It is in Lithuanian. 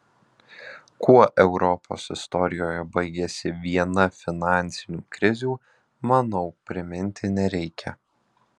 kuo europos istorijoje baigėsi viena finansinių krizių manau priminti nereikia